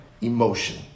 emotion